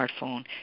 smartphone